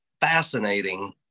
fascinating